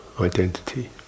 identity